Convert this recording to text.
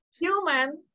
human